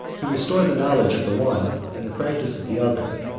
to restore the knowledge of the one, and the practice of the other,